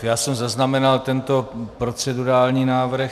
Já jsem zaznamenal tento procedurální návrh.